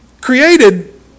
Created